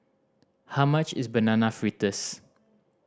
how much is Banana Fritters